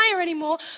anymore